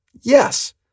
yes